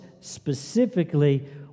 specifically